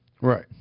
Right